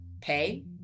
pay